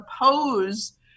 oppose